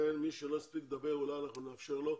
ומי שלא הספיק לדבר, אולי נאפשר לו.